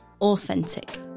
authentic